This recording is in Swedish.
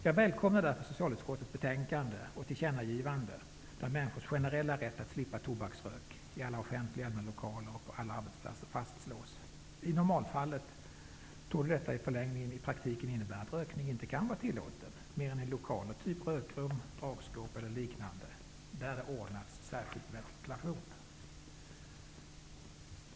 Jag välkomnar därför socialutskottets betänkande och tillkännagivanden, där människors generella rätt att slippa tobaksrök i alla offentliga/allmänna lokaler och på alla arbetsplatser fastslås. I normalfallet torde detta i en förlängning i praktiken innebära att rökning inte kan vara tillåten annat än i lokaler av typen rökrum, dragskåp e.d., där det ordnats med särskild ventilation.